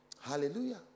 Hallelujah